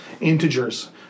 integers